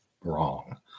wrong